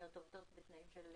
צהרים טובים, אני מתכבדת לפתוח את